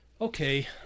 okay